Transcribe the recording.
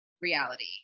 reality